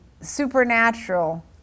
supernatural